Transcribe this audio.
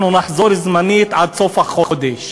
אנחנו נחזור זמנית עד סוף החודש.